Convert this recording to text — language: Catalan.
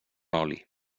oli